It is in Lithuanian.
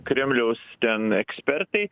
kremliaus ten ekspertai